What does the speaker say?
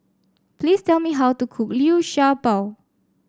please tell me how to cook Liu Sha Bao